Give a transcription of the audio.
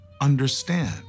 understand